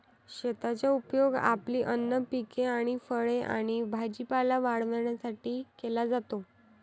शेताचा उपयोग आपली अन्न पिके आणि फळे आणि भाजीपाला वाढवण्यासाठी केला जातो